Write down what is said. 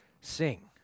sing